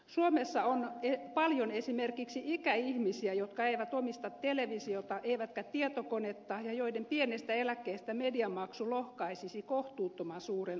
suomessa on paljon esimerkiksi ikäihmisiä jotka eivät omista televisiota eivätkä tietokonetta ja joiden pienestä eläkkeestä mediamaksu lohkaisisi kohtuuttoman suuren osan